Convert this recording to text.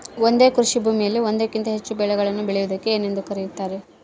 ಒಂದೇ ಕೃಷಿಭೂಮಿಯಲ್ಲಿ ಒಂದಕ್ಕಿಂತ ಹೆಚ್ಚು ಬೆಳೆಗಳನ್ನು ಬೆಳೆಯುವುದಕ್ಕೆ ಏನೆಂದು ಕರೆಯುತ್ತಾರೆ?